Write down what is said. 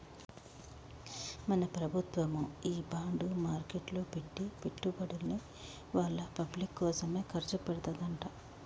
మన ప్రభుత్వము ఈ బాండ్ మార్కెట్లో పెట్టి పెట్టుబడుల్ని వాళ్ళ పబ్లిక్ కోసమే ఖర్చు పెడతదంట